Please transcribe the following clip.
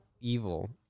evil